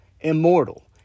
immortal